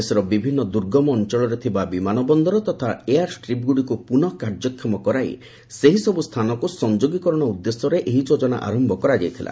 ଦେଶର ବିଭିନ୍ନ ଦୁର୍ଗମ ଅଞ୍ଚଳରେ ଥିବା ବିମାନ ବନ୍ଦର ତଥା ଏୟାର ଷ୍ଟ୍ରିପ୍ଗୁଡ଼ିକୁ କାର୍ଯ୍ୟକ୍ଷମ କରାଇ ସେହିସବୁ ସ୍ଥାନକୁ ସଂଯୋଗୀକରଣ ଉଦ୍ଦେଶ୍ୟରେ ଏହି ଯୋଜନା ଆରମ୍ଭ କରାଯାଇଥିଲା